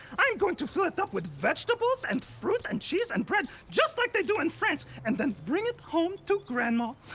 i am going to fill it up with vegetables and fruit and cheese and bread, just like they do in france, and then bring it home to grandma.